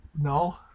No